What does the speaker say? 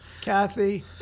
kathy